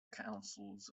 councils